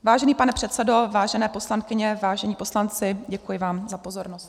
Vážený pane předsedo, vážené poslankyně, vážení poslanci, děkuji vám za pozornost.